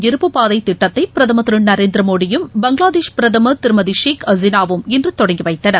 இருப்புப் பாதைதிட்டத்தைபிரதமர் திருநரேந்திரமோடியும் பங்களாதேஷ் பிரதமர் திருமதிஷேக் ஹசீனாவும் இன்றுதொடங்கிவைத்தனர்